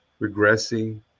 regressing